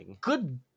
good